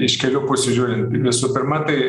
iš kelių pusių žiūrint visų pirma tai